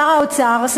שר האוצר,